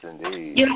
indeed